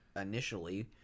initially